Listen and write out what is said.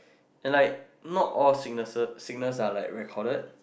and like not all sicknesses sickness are like recorded